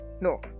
No